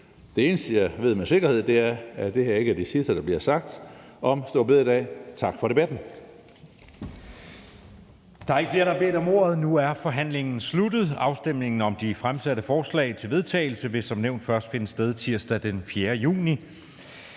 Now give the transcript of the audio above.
Det eneste, jeg ved med sikkerhed, er, at det her ikke er det sidste, der bliver sagt om store bededag. Tak for debatten.